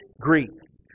Greece